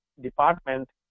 department